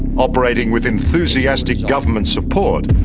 operating with enthusiastic government support,